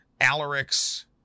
Alaric's